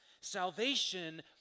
Salvation